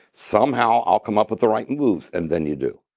somehow i'll come up with the right moves, and then you do.